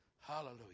Hallelujah